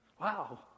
Wow